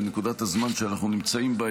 בנקודת הזמן שאנחנו נמצאים בה,